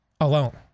Alone